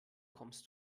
kommst